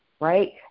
right